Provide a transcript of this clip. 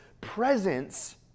presence